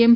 એમ